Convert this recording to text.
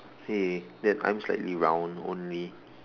hey that I'm slightly round only